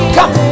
Come